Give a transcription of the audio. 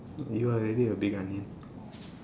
you are already a big onion